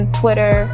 twitter